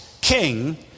king